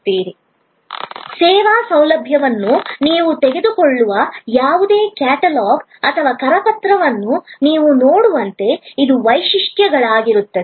ಸೇವಾ ಸೌಲಭ್ಯವನ್ನು ನೀವು ತೆಗೆದುಕೊಳ್ಳುವ ಯಾವುದೇ ಕ್ಯಾಟಲಾಗ್ ಅಥವಾ ಕರಪತ್ರವನ್ನು ನೀವು ನೋಡುವಂತೆ ಇದು ವೈಶಿಷ್ಟ್ಯಗಳಾಗಿರುತ್ತದೆ